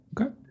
Okay